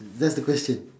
that's the question